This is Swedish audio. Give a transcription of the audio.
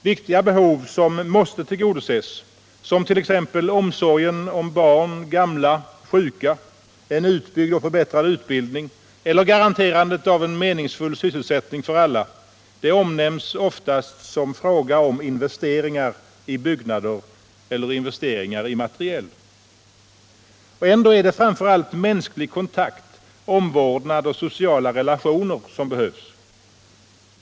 Viktiga behov som vi måste tillgodose, t.ex. omsorgen om barn, gamla och sjuka, en utbyggd och förbättrad utbildning eller garanterandet av en meningsfull sysselsättning för alla, omnämns oftast som en fråga om investeringar i byggnader och material. Ändå är det framför allt mänsklig kontakt, omvårdnad och sociala relationer som behövs.